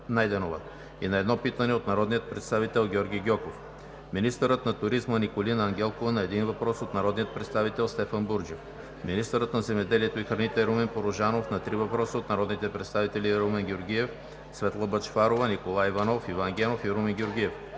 и на едно питане от народния представител Георги Гьоков; - министърът на туризма Николина Ангелкова на един въпрос от народния представител Стефан Бурджев; - министърът на земеделието и храните Румен Порожанов на три въпроса от народните представители Румен Георгиев, Светла Бъчварова, Николай Иванов, Иван Генов; - министърът